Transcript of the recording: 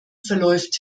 verläuft